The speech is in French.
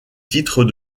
titre